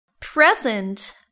present